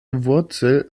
wurzel